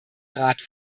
rat